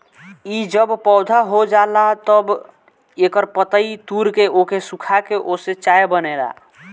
इ जब पौधा हो जाला तअ एकर पतइ तूर के ओके सुखा के ओसे चाय बनेला